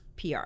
PR